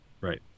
Right